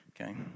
Okay